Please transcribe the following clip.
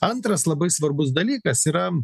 antras labai svarbus dalykas yra